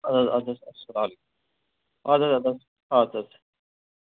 ادٕ حَظ ادٕ حظ اسلام علیکُم آد حَظ ادٕ حَظ اد حَظ